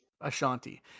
Ashanti